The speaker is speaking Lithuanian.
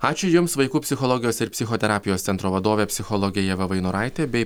ačiū jums vaikų psichologijos ir psichoterapijos centro vadovė psichologė ieva vainoraitė bei